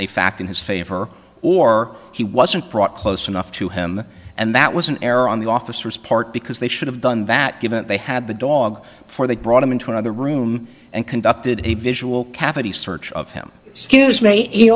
a fact in his favor or he wasn't brought close enough to him and that was an error on the officers part because they should have done that given they had the dog before they brought him into another room and conducted a visual cavity search of him s